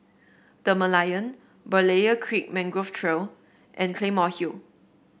The Merlion Berlayer Creek Mangrove Trail and Claymore Hill